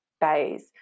bays